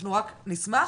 אנחנו נשמח,